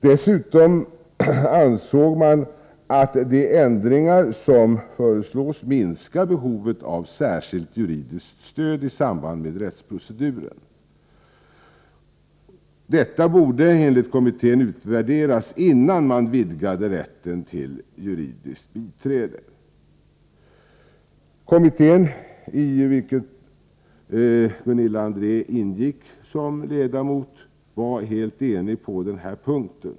Dessutom ansåg man att de ändringar som föreslås minskar behovet av särskilt juridiskt stöd i samband med rättsproceduren. Detta borde enligt kommittén utvärderas innan man vidgar rätten till juridiskt biträde. Kommittén, i vilken Gunilla André ingick som ledamot, var helt enig på denna punkt.